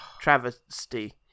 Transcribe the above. Travesty